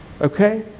Okay